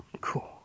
cool